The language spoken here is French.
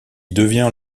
devient